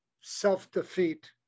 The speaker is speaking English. self-defeat